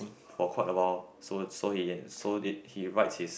for quite a while so so he so it he writes his